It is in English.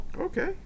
Okay